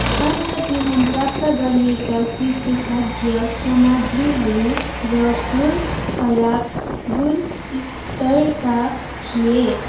आज बिहान प्राप्त गरिएका शिशुखाद्य सामग्रीहरू र फुल खराब गुणस्तरका थिए